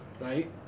right